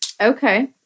Okay